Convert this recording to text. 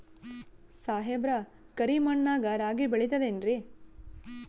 ಸಾಹೇಬ್ರ, ಕರಿ ಮಣ್ ನಾಗ ರಾಗಿ ಬೆಳಿತದೇನ್ರಿ?